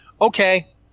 okay